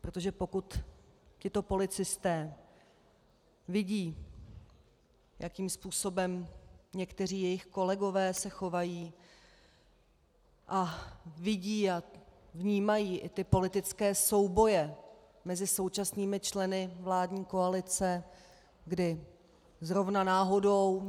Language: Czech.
Protože pokud tito policisté vidí, jakým způsobem se někteří jejich kolegové chovají, a vidí a vnímají i ty politické souboje mezi současnými členy vládní koalice, kdy zrovna náhodou